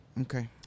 Okay